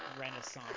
renaissance